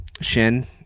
Shin